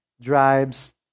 drives